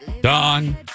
Don